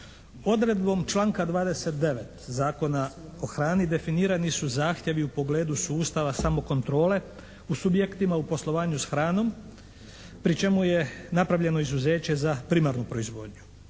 Odredbom članka 29. Zakona o hrani definirani su zahtjevi u pogledu sustava samokontrole u subjektima u poslovanju sa hranom pri čemu je napravljeno izuzeće za primarnu proizvodnju.